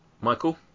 Michael